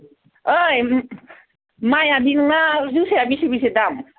ओइ माइआ जोसाया बेसे बेसे दाम